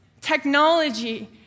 technology